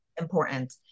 important